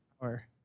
power